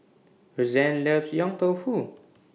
Rozanne loves Yong Tau Foo